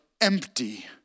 empty